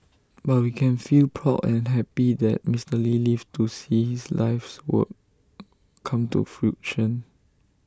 but we can feel proud and happy that Mister lee lived to see his life's work come to fruition